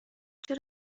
چرا